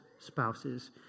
Spouses